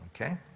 Okay